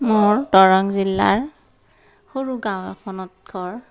মোৰ দৰং জিলাৰ সৰু গাঁও এখনত ঘৰ